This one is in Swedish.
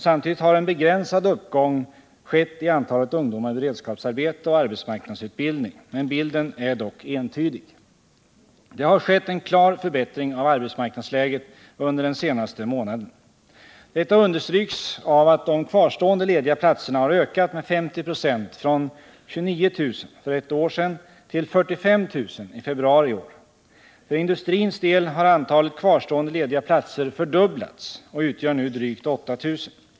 Samtidigt har en begränsad uppgång skett i antalet ungdomar i beredskapsarbete och arbetsmarknadsutbildning, men bilden är dock entydig. Det har skett en klar förbättring av arbetsmarknadsläget under den senaste månaden. Detta understryks av att de kvarstående lediga platserna har ökat med 50 96 från 29 000 för ett år sedan till 45 000 i februari i år. För industrins del har antalet kvarstående lediga platser fördubblats och utgör nu drygt 8 000.